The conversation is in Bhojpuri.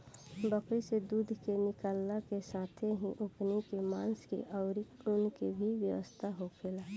बकरी से दूध के निकालला के साथेही ओकनी के मांस के आउर ऊन के भी व्यवसाय होखेला